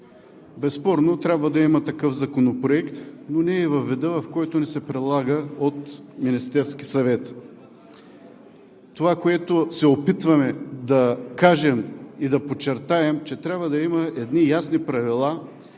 Безспорно трябва да има такъв законопроект, но не и във вида, в който ни се предлага от Министерския съвет. Това, което се опитваме да кажем и да подчертаем, е, че трябва да има едни ясни правила